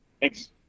Thanks